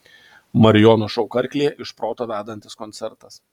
marijono šou karklėje iš proto vedantis koncertas